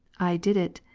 i did it,